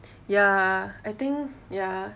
ya I think ya